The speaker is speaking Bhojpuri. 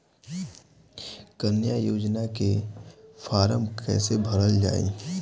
कन्या योजना के फारम् कैसे भरल जाई?